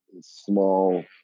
small